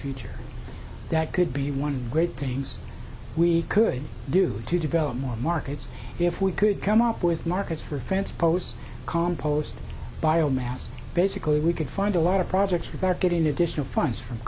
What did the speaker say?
future that could be one great things we could do to develop more markets if we could come up with markets for france post compost biomass basically we could find a lot of projects without getting additional funds from